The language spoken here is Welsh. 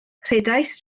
rhedais